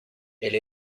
elle